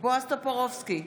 בועז טופורובסקי,